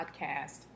podcast